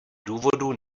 důvodů